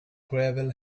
gravel